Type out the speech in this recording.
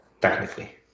technically